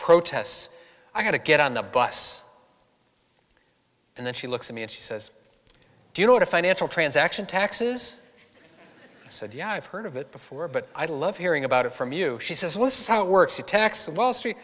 protests i gotta get on the bus and then she looks at me and she says do you know what a financial transaction tax is said yeah i've heard of it before but i love hearing about it from you she says was how it works attacks wall street